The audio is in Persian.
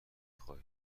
خواهد